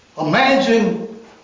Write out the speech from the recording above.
imagine